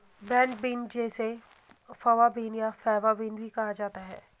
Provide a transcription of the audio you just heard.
broad bean जिसे fava bean या faba bean भी कहा जाता है